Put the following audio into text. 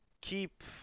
keep